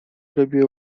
robiła